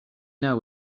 know